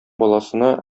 баласына